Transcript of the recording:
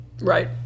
Right